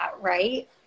right